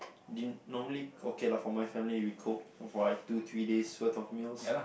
din~ normally okay lah for my family we cook for like two three days worth of meals